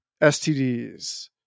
STDs